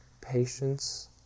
patience